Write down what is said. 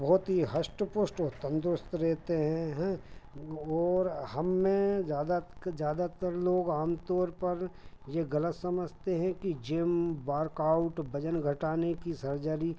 बहुत ही हष्ट पुष्ट और तंदरुस्त रहते हैं हें और हम में ज़्यादा के ज़्यादातर लोग आमतौर पर यह ग़लत समझते हैं कि जिम वर्कआउट बज़न घटाने की सर्जरी